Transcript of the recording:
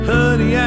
Honey